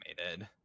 animated